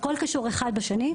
הכול קשור האחד בשני.